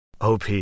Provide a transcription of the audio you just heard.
OP